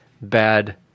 bad